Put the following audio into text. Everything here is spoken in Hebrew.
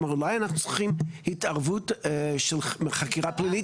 אולי אנחנו צריכים התערבות של חקירה פלילית